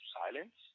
silence